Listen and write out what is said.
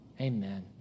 Amen